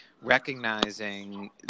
recognizing